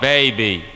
Baby